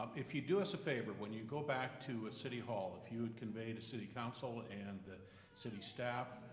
um if you'd do us a favor, when you go back to a city hall, if you would convey to city council and the city staff,